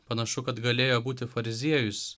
panašu kad galėjo būti fariziejus